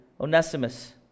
Onesimus